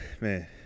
man